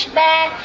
back